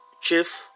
chief